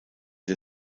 der